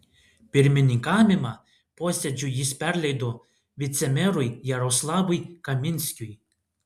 pirmininkavimą posėdžiui jis perleido vicemerui jaroslavui kaminskiui